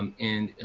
um and,